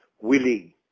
willing